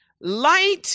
Light